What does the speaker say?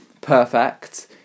perfect